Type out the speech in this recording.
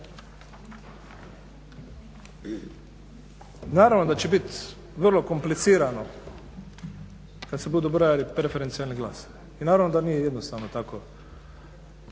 Naravno da će biti vrlo komplicirano kada se budu brojali preferencijalni glasovi i naravno da nije jednostavno tako